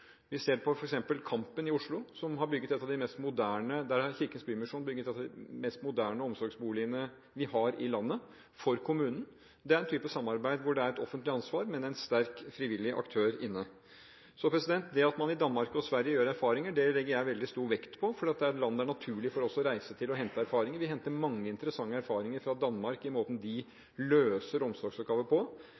Vi ser f.eks. at på Kampen i Oslo har Kirkens Bymisjon bygget en av de mest moderne omsorgsboligene vi har i landet, for kommunen. Det er en type samarbeid hvor det er et offentlig ansvar, men der en sterk, frivillig aktør er inne. Det at man i Danmark og Sverige gjør seg sine erfaringer, legger jeg veldig stor vekt på, for dette er land det er naturlig for oss å reise til og hente erfaringer fra. Vi henter mange interessante erfaringer fra Danmark når det gjelder måten de løser omsorgsoppgaver på.